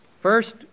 First